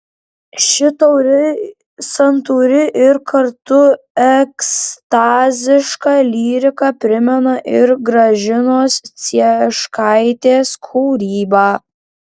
ši tauri santūri ir kartu ekstaziška lyrika primena ir gražinos cieškaitės kūrybą